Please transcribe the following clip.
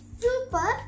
super